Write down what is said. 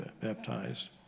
baptized